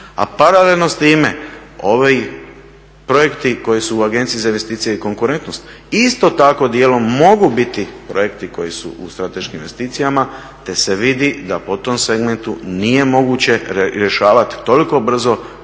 A paralelno s time ovi projekti koji su u Agenciji za investicije i konkurentnost isto tako dijelom mogu biti projekti koji su u strateškim investicijama te se vidi da po tom segmentu nije moguće rješavati toliko brzo,